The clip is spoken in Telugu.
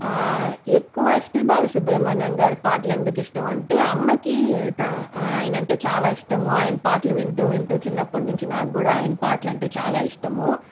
ఎక్కువ ఎస్పి బాలసుబ్రమణ్యం గారి పాటలు ఎందుకు ఇష్టం అంటే అమ్మకి ఆయన అంటే చాలా ఇష్టము ఆయన పాటలు వింటూ వింటూ చిన్నప్పటినుంచి నాక్కూడా ఆయన పాటలు అంటే చాలా ఇష్టము